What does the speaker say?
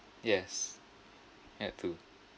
yes had to